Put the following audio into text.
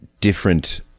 different